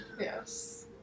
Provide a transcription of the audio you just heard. Yes